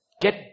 Get